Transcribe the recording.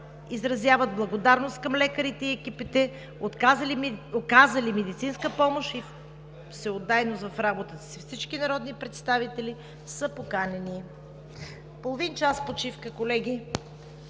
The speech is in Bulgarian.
изразяват благодарност към лекарите и екипите, оказали медицинска помощ и всеотдайност в работата си. Всички народни представители са поканени. Половин час почивка, колеги.